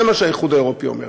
זה מה שהאיחוד האירופי אומר לנו,